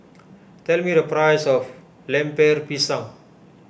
tell me the price of Lemper Pisang